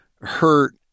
Hurt